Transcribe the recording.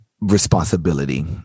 responsibility